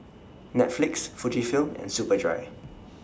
Netflix Fujifilm and Superdry